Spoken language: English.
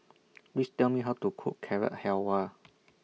Please Tell Me How to Cook Carrot Halwa